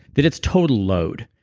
that it's total load,